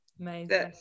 Amazing